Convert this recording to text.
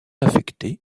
affecté